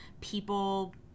people